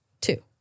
two